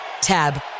Tab